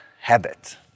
habit